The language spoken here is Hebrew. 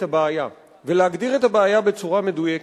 הבעיה ולהגדיר את הבעיה בצורה מדויקת.